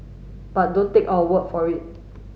but don't take our word for it